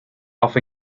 off